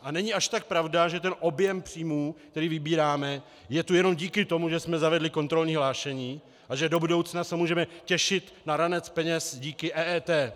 A není až tak pravda, že objem příjmů, který vybíráme, je tu jenom díky tomu, že jsme zavedli kontrolní hlášení a že do budoucna se můžeme těšit na ranec peněz díky EET.